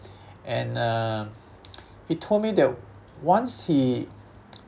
and uh he told me that once he